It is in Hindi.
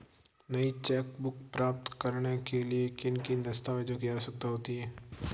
नई चेकबुक प्राप्त करने के लिए किन दस्तावेज़ों की आवश्यकता होती है?